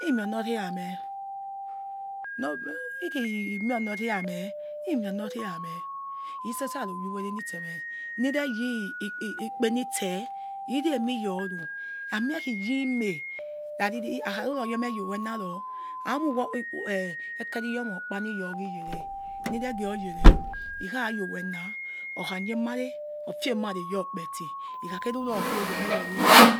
Imi onor ria meh no ikhi imie onor ria meh nemi ornor ria meh hemi ornor ria meh itsese aroyor uwere nitseme nireyi kpe nitse irie emiyoru amie khi yemeh rariri hakaruro yor meh yor owena ror ami uwo ekeri ma okpa ni yor ghi yere ni re ghio yere ikhayor wena okani emare ofiemare yor okpeti ikhakh nero khowe me yori